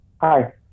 Hi